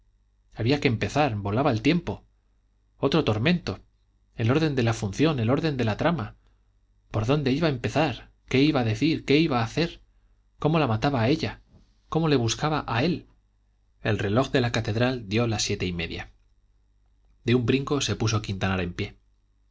había que empezar volaba el tiempo otro tormento el orden de la función el orden de la trama por dónde iba a empezar qué iba a decir qué iba a hacer cómo la mataba a ella cómo le buscaba a él el reloj de la catedral dio las siete y media de un brinco se puso quintanar en pie